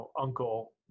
uncle